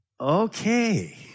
Okay